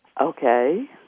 Okay